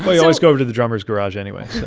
but you always go to the drummer's garage, anyway,